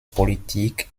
politik